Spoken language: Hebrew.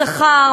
שכר,